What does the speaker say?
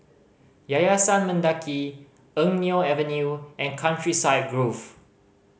Yayasan Mendaki Eng Neo Avenue and Countryside Grove